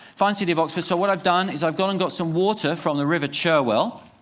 fine city of oxford, so what i've done is i've gone and got some water from the river cherwell,